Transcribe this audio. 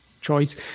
choice